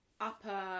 upper